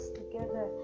together